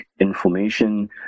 inflammation